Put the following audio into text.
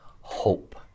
hope